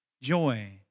joy